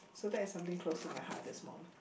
so that is something close to my heart at this moment